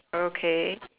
okay